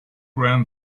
ran